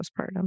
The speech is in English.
postpartum